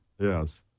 Yes